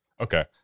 Okay